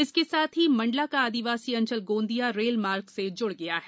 इसके साथ ही जबलपुर और आदिवासी अंचल गोंदिया रेल मार्ग से जुड़ गये हैं